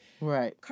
Right